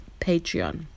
Patreon